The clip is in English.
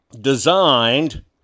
designed